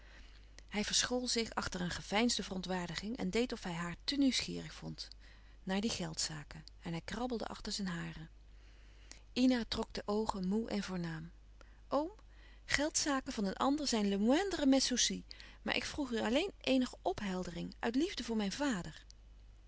hij verschool zich achter een geveinsde verontwaardiging en deed of hij haar te nieuwsgierig vond naar die geldzaken en hij krabbelde achter zijn haren ina trok de oogen moê en voornaam oom geldzaken van een ander zijn le moindre de mes soucis ik vroeg u alleen eenige opheldering uit liefde voor mijn vader